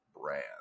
brand